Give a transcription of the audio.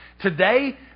Today